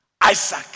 Isaac